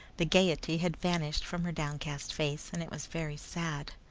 the gaiety had vanished from her downcast face, and it was very sad.